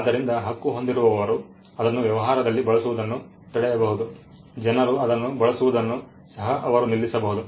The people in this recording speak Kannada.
ಆದ್ದರಿಂದ ಹಕ್ಕು ಹೊಂದಿರುವವರು ಅದನ್ನು ವ್ಯವಹಾರದಲ್ಲಿ ಬಳಸುವುದನ್ನು ತಡೆಯುಬಹುದು ಜನರು ಅದನ್ನು ಬಳಸುವುದನ್ನು ಸಹ ಅವರು ನಿಲ್ಲಿಸಬಹುದು